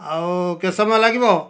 ଆଉ କେତେ ସମୟ ଲାଗିବ